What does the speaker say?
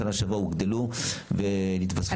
בשנה שעברה הוגדלו והתווספו 28 מכשירים,